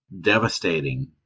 devastating